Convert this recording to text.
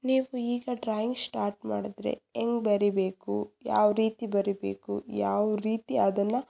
ನೀವು ಈಗ drawing start ಮಾಡಿದ್ರೆ ಹೆಂಗ್ ಬರಿಬೇಕು ಯಾವ ರೀತಿ ಬರಿಬೇಕು ಯಾವ ರೀತಿ ಅದನ್ನು